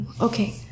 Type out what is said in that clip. Okay